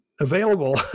available